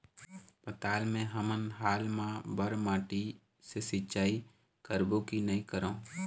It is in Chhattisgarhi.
पताल मे हमन हाल मा बर माटी से सिचाई करबो की नई करों?